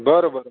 बरं बरं